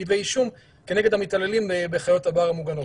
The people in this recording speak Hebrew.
כתבי אישום כנגד המתעללים בחיות הבר המוגנות.